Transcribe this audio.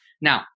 Now